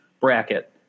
bracket